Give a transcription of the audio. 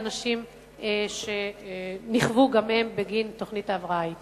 אנשים שנכוו גם הם בגין תוכנית ההבראה ההיא.